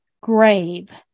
grave